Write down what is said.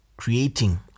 Creating